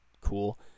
cool